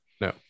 No